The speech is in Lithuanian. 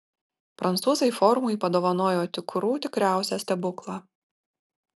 prancūzai forumui padovanojo tikrų tikriausią stebuklą